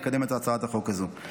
נקדם את הצעת החוק הזאת.